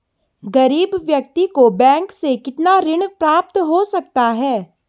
गरीब व्यक्ति को बैंक से कितना ऋण प्राप्त हो सकता है?